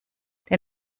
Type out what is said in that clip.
der